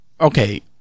Okay